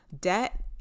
debt